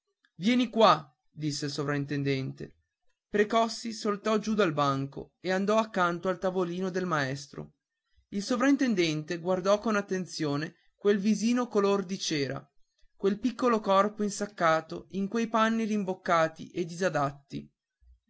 vieni qua disse il sovrintendente precossi saltò giù dal banco e andò accanto al tavolino del maestro il sovrintendente guardò con attenzione quel visino color di cera quel piccolo corpo insaccato in quei panni rimboccati e disadatti